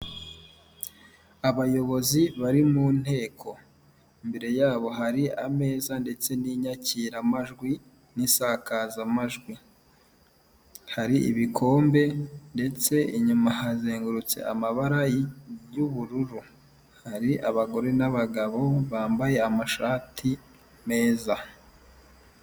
Abayobozi bari mu nteko, imbere yabo hari ameza ndetse n'inyakiramajwi n'isakazamajwi, hari ibikombe ndetse inyuma hazengurutse amabara y'ubururu, hari abagore n'abagabo bambaye amashati meza.